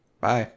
Bye